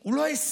הוא לא הישג.